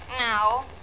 No